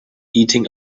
eating